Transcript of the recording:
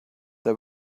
they